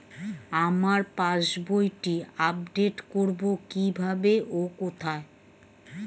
আমার পাস বইটি আপ্ডেট কোরবো কীভাবে ও কোথায়?